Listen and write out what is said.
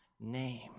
name